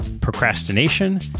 procrastination